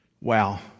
wow